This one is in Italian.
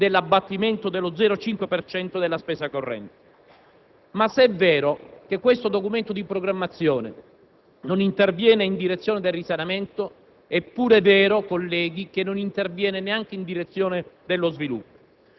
dell'abbattimento dello 0,5 per cento della spesa corrente. Ma se è vero che il Documento di programmazione economico-finanziaria non interviene in direzione del risanamento, è pur vero, colleghi, che non interviene neanche in direzione dello sviluppo